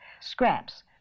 scraps